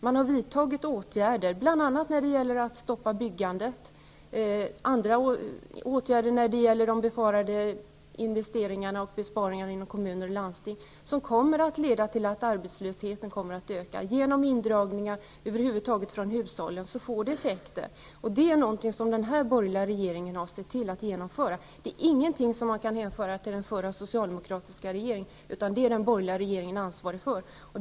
Man har vidtagit åtgärder, bl.a. stoppat byggandet och genomfört besparingar inom kommuner och landsting, som kommer att leda till att arbetslösheten kommer att öka. Genom indragningar över huvud taget från hushållen får det effekter. Det är någonting som den här borgerliga regeringen har sett till att genomföra. Det är ingenting som kan hänföras till den förra socialdemokratiska regeringen, utan det har den borgerliga regeringen ansvaret för.